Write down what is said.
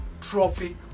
trophy